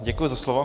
Děkuji za slovo.